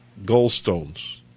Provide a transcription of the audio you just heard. gallstones